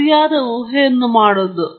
ಮತ್ತು ಸರಿಯಾದ ಊಹೆಗಳನ್ನು ಮಾಡುವುದು